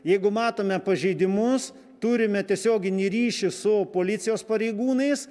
jeigu matome pažeidimus turime tiesioginį ryšį su policijos pareigūnais